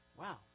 wow